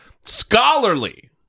scholarly